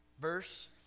verse